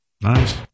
Nice